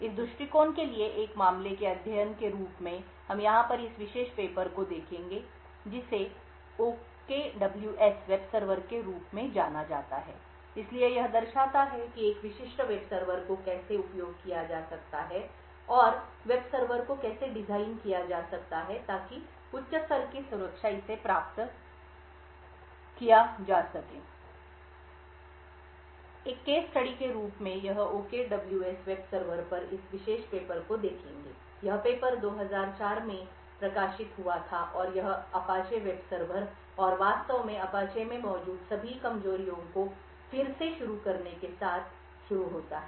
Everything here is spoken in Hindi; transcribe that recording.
इस दृष्टिकोण के लिए एक मामले के अध्ययन के रूप में हम यहाँ पर इस विशेष पेपर को देखेंगे जिसे OKWS वेब सर्वर के रूप में जाना जाता है इसलिए यह दर्शाता है कि एक विशिष्ट वेब सर्वर का कैसे उपयोग किया जा सकता है और वेब सर्वर को कैसे डिज़ाइन किया जा सकता है ताकि उच्च स्तर की सुरक्षा इसे प्राप्त किया जा सके एक केस स्टडी के रूप में हम OKWS वेब सर्वर पर इस विशेष पेपर को देखेंगे यह पेपर 2004 में प्रकाशित हुआ था और यह अपाचे वेब सर्वर और वास्तव में अपाचे में मौजूद सभी कमजोरियों को फिर से शुरू करने के साथ शुरू होता है